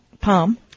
palm